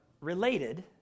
related